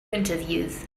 interviews